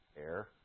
air